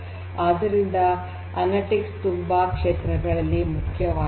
ಆದ್ದರಿಂದ ಅನಲಿಟಿಕ್ಸ್ ತುಂಬಾ ಕ್ಷೇತ್ರ ಗಳಲ್ಲಿ ಮುಖ್ಯವಾಗಿದೆ